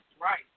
Right